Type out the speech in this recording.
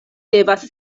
devas